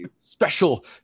special